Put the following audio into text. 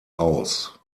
aus